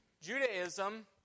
Judaism